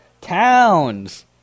Towns